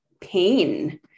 pain